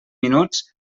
minuts